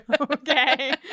Okay